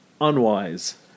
Unwise